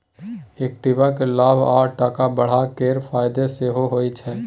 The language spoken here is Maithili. इक्विटी केँ लाभ आ टका बढ़ब केर फाएदा सेहो होइ छै